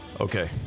Okay